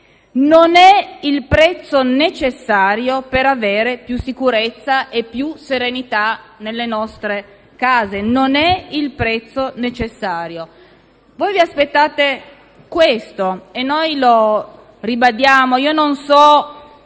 Non è il prezzo necessario per avere più sicurezza e più serenità nelle nostre case. Voi vi aspettate questo e noi lo ribadiamo.